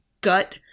gut